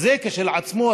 שזה כשלעצמו,